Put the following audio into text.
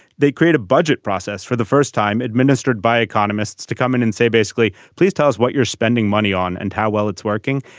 they create a budget process for the first time administered by economists to come in and say basically please tell us what you're spending money on and how well it's working.